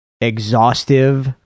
exhaustive